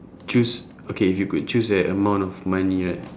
choose okay if you could choose that amount of money right